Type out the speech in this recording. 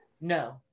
No